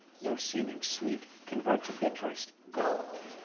now seeming sweet, convert to bitt'rest gall.